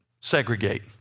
segregate